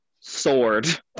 Sword